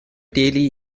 delhi